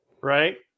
right